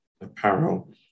apparel